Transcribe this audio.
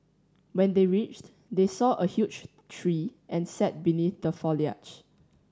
when they reached they saw a huge tree and sat beneath the foliage